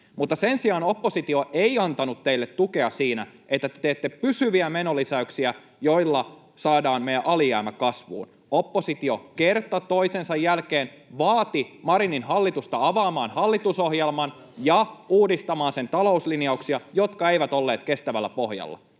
Mutta sen sijaan oppositio ei antanut teille tukea siinä, että te teitte pysyviä menolisäyksiä, joilla saatiin meidän alijäämä kasvuun. Oppositio kerta toisensa jälkeen vaati Marinin hallitusta avaamaan hallitusohjelman [Juho Eerola: Näin muistelin!] ja uudistamaan